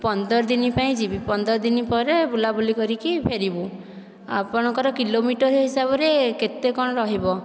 ପନ୍ଦର ଦିନ ପାଇଁ ଯିବି ପନ୍ଦର ଦିନି ପରେ ବୁଲା ବୁଲି କରିକି ଫେରିବୁ ଆପଣଙ୍କର କିଲୋମିଟର ହିସାବରେ କେତେ କ'ଣ ରହିବ